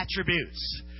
attributes